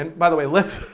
and by the way, let's,